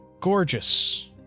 gorgeous